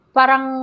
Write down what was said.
Parang